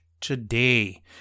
today